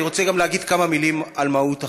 אני רוצה להגיד גם כמה מילים על מהות החוק.